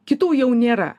kitų jau nėra